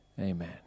Amen